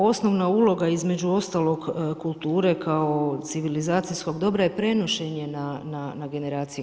Osnovna uloga, između ostalog, kulture kao civilizacijskog dobra je prenošenje na generacije.